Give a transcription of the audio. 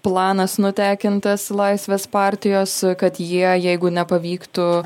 planas nutekintas laisvės partijos kad jie jeigu nepavyktų